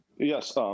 Yes